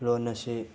ꯂꯣꯟ ꯑꯁꯤ